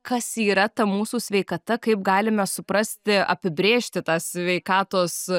kas yra ta mūsų sveikata kaip galime suprasti apibrėžti tą sveikatos